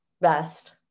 best